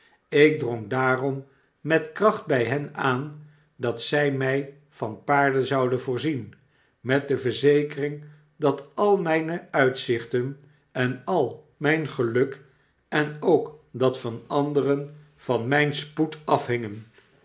ik drong daarom met kracht by hen aan dat zij my van paarden zouden voorzien met de verzekering dat al myne uitzichten en al min geluk en ook dat van anderen van myn spoed afhingen